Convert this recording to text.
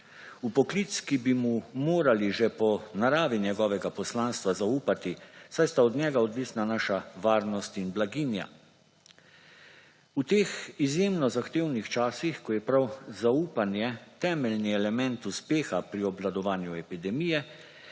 V poklic, ki bi mu morali že po naravi njegovega poslanstva zaupati, saj sta od njega odvisna naša varnost in blaginja. V teh izjemno zahtevnih časih, ko je prav zaupanje temeljni element uspeha pri obvladovanju epidemije,